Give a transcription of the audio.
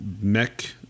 mech